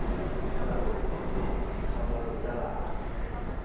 ᱵᱟᱯᱞᱟ ᱠᱚ ᱵᱟᱯᱞᱟ ᱠᱚ ᱪᱟᱞᱟᱜᱼᱟ